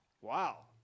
Wow